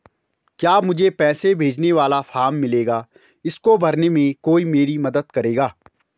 क्या मुझे पैसे भेजने वाला फॉर्म मिलेगा इसको भरने में कोई मेरी मदद करेगा?